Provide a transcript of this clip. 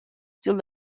still